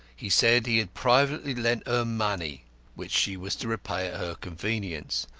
he said he had privately lent her money which she was to repay at her convenience.